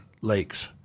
Lakes